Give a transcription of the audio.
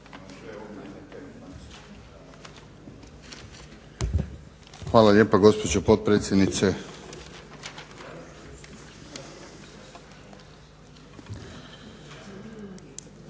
Hvala lijepa gospođo potpredsjednice.